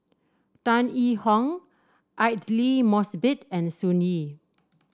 Tan Yee Hong Aidli Mosbit and Sun Yee